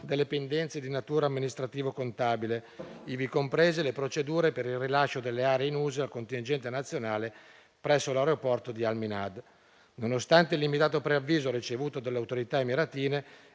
delle pendenze di natura amministrativo contabile, ivi comprese le procedure per il rilascio delle aree in uso al contingente nazionale presso l'aeroporto di Al Minhad. Nonostante il limitato preavviso ricevuto delle autorità emiratine,